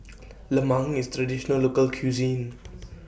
Lemang IS Traditional Local Cuisine